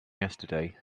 yesterday